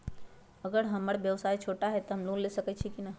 अगर हमर व्यवसाय छोटा है त हम लोन ले सकईछी की न?